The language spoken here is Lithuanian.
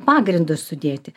pagrindus sudėti